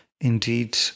indeed